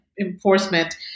enforcement